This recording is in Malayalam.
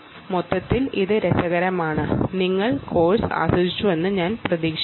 മൊത്തത്തിൽ ഇത് രസകരമായിരുന്നു നിങ്ങൾ കോഴ്സ് ആസ്വദിച്ചുവെന്ന് ഞാൻ പ്രതീക്ഷിക്കുന്നു